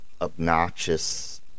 obnoxious